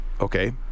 Okay